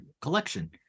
collection